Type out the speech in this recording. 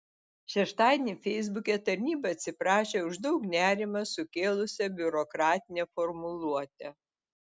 šeštadienį feisbuke tarnyba atsiprašė už daug nerimo sukėlusią biurokratinę formuluotę